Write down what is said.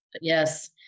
Yes